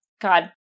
God